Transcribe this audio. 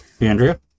Andrea